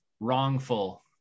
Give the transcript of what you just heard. wrongful